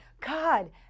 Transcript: God